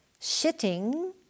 Shitting